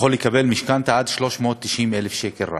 יכול לקבל משכנתה רק עד 390,000 שקל.